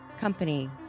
company